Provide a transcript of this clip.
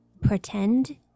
Pretend